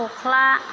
खख्ला